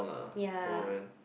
ya